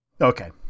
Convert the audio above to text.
Okay